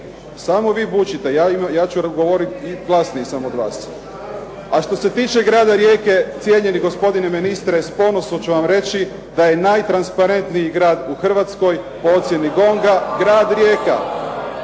Samo vi bučite, ja ću govoriti, glasniji sam od vas. A što se tiče grada Rijeke, cijenjeni gospodine ministre, s ponosom ću vam reći da je najtransparentniji grad u Hrvatskoj po ocjeni GONG-a grad Rijeka.